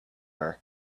her